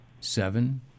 seven